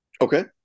Okay